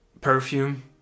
perfume